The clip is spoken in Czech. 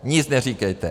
Nic neříkejte.